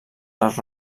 les